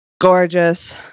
gorgeous